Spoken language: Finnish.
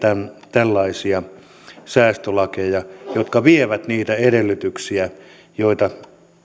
tällaisia säästölakeja jotka vievät niitä edellytyksiä joita